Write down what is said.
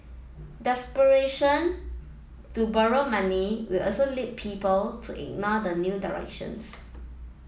desperation to borrow money will also lead people to ignore the new directions